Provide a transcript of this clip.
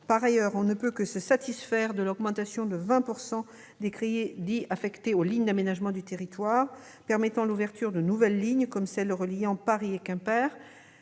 Par ailleurs, on ne peut que se satisfaire de l'augmentation de 20 % des crédits affectés aux lignes d'aménagement du territoire (LAT), ce qui permettra l'ouverture de nouvelles lignes, notamment entre Paris et Quimper.